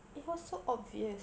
it was so obvious